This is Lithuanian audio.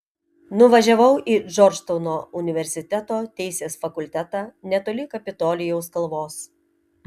nuvažiavau į džordžtauno universiteto teisės fakultetą netoli kapitolijaus kalvos